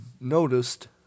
noticed